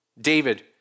David